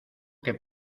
que